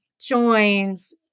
joins